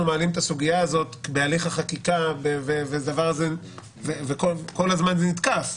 מעלים את הסוגיה הזאת בהליך החקיקה וכל הזמן זה נתקף.